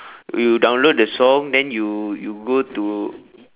you download the song then you you go to